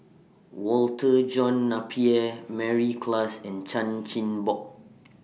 Walter John Napier Mary Klass and Chan Chin Bock